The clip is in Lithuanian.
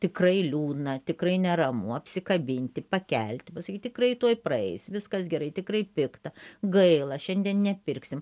tikrai liūdna tikrai neramu apsikabinti pakelti pasakyt tikrai tuoj praeis viskas gerai tikrai pikta gaila šiandien nepirksim